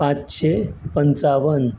पाचशे पंचावन